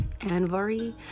Anvari